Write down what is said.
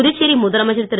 புதுச்சேரி முதலமைச்சர் திரு